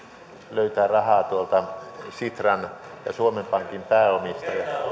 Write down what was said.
löytää rahaa tuolta sitran ja suomen pankin pääomista